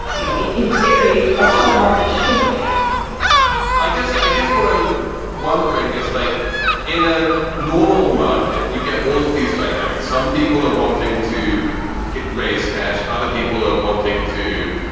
you know, in in theory, that's how the market should react i just i guess what i'm wondering is like in a normal market, you get all of these dynamics. some people are wanting to raise cash. other people are wanting to,